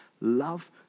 Love